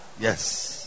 yes